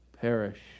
perish